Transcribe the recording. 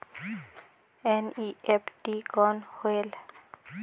NEFT कौन होएल?